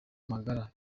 magara